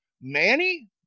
Manny